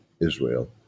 Israel